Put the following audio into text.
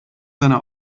seiner